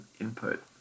input